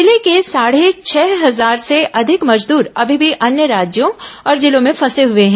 जिले के साढ़े छह हजार से अधिक मजदूर अभी भी अन्य राज्यों और जिलों में फर्से हुए हैं